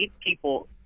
people